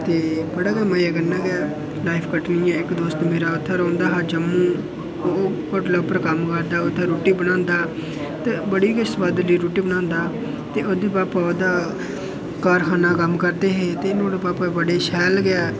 ते बड़े गै मजे कन्नै गै लाईफ कट्टनी ऐ इक दोस्त मेरा उत्थै रौंह्दा हा जम्मू ओह् होटलै उप्पर कम्म करदा उत्थै रुट्टी बनांदा ते बड़ी गै सोआदली रुट्टी बनांदा ते ओह्दे भापा ओह्दा कारखाना कम्म करदे हे ते नुहाड़े भापा बड़े शैल गै